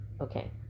Okay